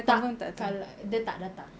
kalau dia tak datang